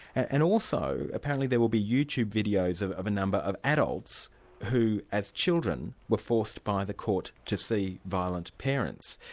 and also apparently there will be youtube videos of of a number of adults who as children were forced by the court to see violent parents.